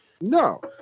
No